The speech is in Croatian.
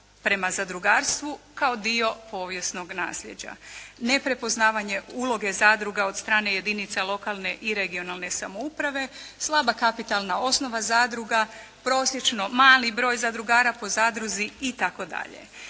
prema zadrugarstvu kao dio povijesnog nasljeđa, neprepoznavanje uloge zadruga od strane jedinica lokalne i regionalne samouprave, slaba kapitalna osnova zadruga, prosječno mali broj zadrugara po zadruzi itd.